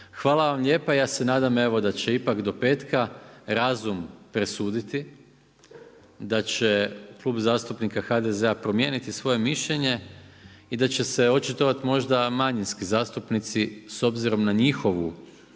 Hvala vam lijepa, ja se nadam da će evo ipak do petka razum presuditi, da će Klub zastupnika HDZ-a promijeniti svoje mišljenje i da će se očitovati možda manjinski zastupnici s obzirom na njihovu